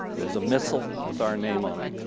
there's a missile with our name on it.